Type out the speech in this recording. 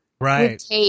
Right